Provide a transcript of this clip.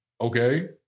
Okay